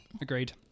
Agreed